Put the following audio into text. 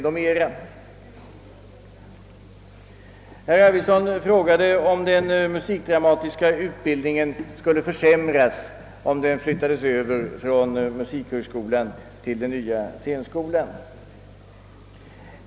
Herr Arvidson frågade, om den musikdramatiska utbildningen skulle försämras, ifall den flyttades över från musikhögskolan till den nya scenskolan.